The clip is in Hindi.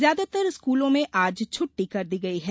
ज्यादातर स्कूलों में आज छुट्टी कर दी गई है